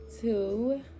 two